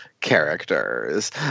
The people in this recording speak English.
characters